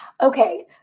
Okay